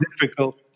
difficult